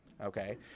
Okay